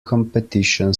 competition